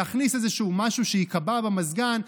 להכניס איזשהו משהו שייקבע במזגן.